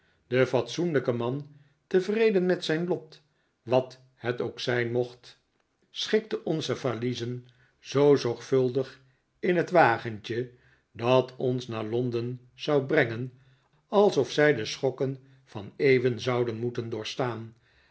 de fatsoenlijke man tevreden met zijn lot wa het ook zijn mocht schikte onze valiezen zoo zorgvuldig in het wagentje dat ons naar londen zou brengen alsof zij de schokken van eeuwen zouden moeten doorstaan